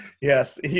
yes